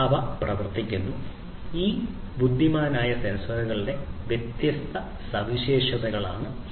അവ പ്രവർത്തിക്കുന്നു ഈ ബുദ്ധിമാനായ സെൻസറുകളുടെ വ്യത്യസ്ത സവിശേഷതകളാണ് ഇവ